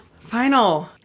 Final